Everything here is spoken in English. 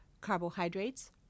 Carbohydrates